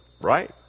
right